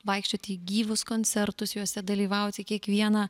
vaikščioti į gyvus koncertus juose dalyvauti kiekvieną